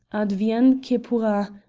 advienne que pourra,